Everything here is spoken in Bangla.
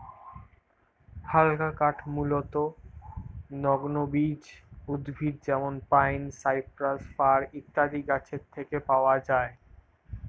হালকা কাঠ মূলতঃ নগ্নবীজ উদ্ভিদ যেমন পাইন, সাইপ্রাস, ফার ইত্যাদি গাছের থেকে পাওয়া যায়